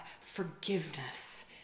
Forgiveness